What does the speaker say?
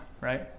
right